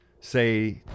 say